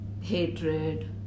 hatred